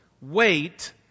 wait